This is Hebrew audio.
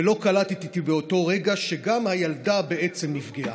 ולא קלטתי באותו רגע שגם הילדה בעצם נפגעה.